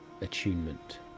attunement